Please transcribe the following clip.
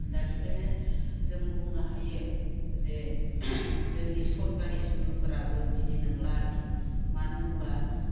दा बेखायनो जों बुंनो हायो जे जोंनि सरखारि इस्कुलफोराबो बिदि नोंला आरोखि मानो होमब्ला